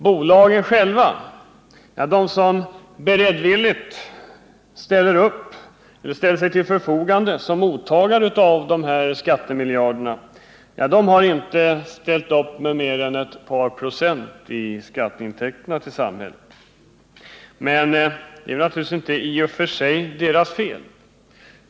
Bolagen själva, de som beredvilligt ställt sig till förfogande som mottagare av skattemiljarderna, har inte ställt upp med mer än ett par procent av samhällets skatteintäkter. Men det är i och för sig inte deras fel.